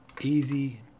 easy